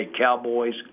Cowboys